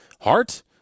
Heart